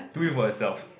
do it for yourself